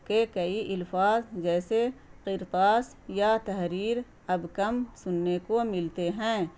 کے کئی الفاظ جیسے قرطاس یا تحریر اب کم سننے کو ملتے ہیں